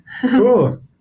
cool